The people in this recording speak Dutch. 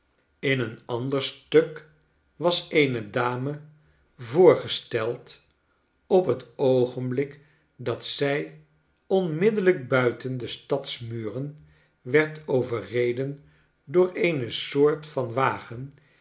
in een ander stuk was eene dame voorgesteld op het oogenblik dat zij onmiddellijk buiten de stadsmuren werd overreden door eene soort van wagen